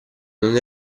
non